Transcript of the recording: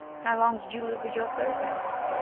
how long did you live with your third master?